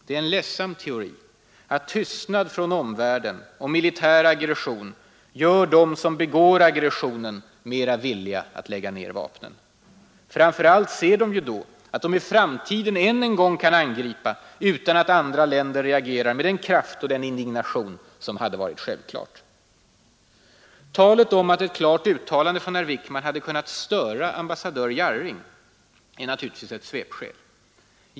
Det är en ledsam teori att tystnad från omvärlden om militär aggression gör dem som begår aggressionen mera villiga att lägga ner vapnen. Framför allt ser de ju då att de i framtiden än en gång kan angripa utan att andra länder reagerar med den kraft och indignation som hade varit självklar. Talet om att ett klart uttalande från herr Wickman hade kunnat ”störa” ambassadör Jarring är naturligtvis ett svepskäl.